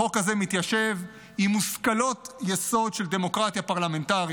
החוק הזה מתיישב עם מושכלות יסוד של דמוקרטיה פרלמנטרית,